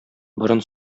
борын